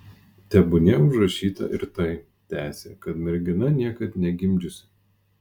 tebūnie užrašyta ir tai tęsė kad mergina niekad negimdžiusi